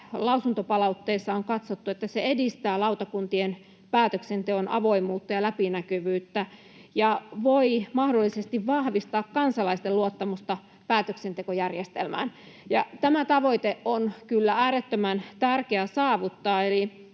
lausuntopalautteessa on katsottu, että se edistää lautakuntien päätöksenteon avoimuutta ja läpinäkyvyyttä ja voi mahdollisesti vahvistaa kansalaisten luottamusta päätöksentekojärjestelmään. Tämä tavoite on kyllä äärettömän tärkeä saavuttaa,